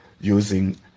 using